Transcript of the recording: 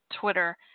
Twitter